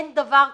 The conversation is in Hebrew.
אין דבר כזה.